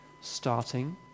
starting